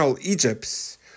Egypts